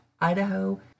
Idaho